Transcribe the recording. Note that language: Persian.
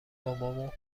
بابامو